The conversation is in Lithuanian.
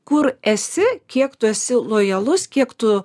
kur esi kiek tu esi lojalus kiek tu